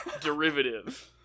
derivative